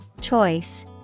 Choice